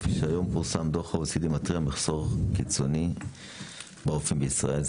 כפי שפורסם היום דו"ח ה-OECD מתריע על מחסור קיצוני ברופאים בישראל.